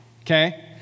Okay